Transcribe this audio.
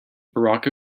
barack